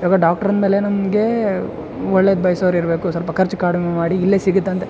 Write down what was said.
ಇವಾಗ ಡಾಕ್ಟರ್ ಅಂದಮೇಲೆ ನಮಗೆ ಒಳ್ಳೇದು ಬಯಸೋರು ಇರಬೇಕು ಸ್ವಲ್ಪ ಖರ್ಚು ಕಡಿಮೆ ಮಾಡಿ ಇಲ್ಲೇ ಸಿಗುತ್ತೆ ಅಂತ